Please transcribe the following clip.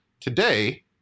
today